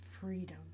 freedom